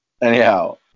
Anyhow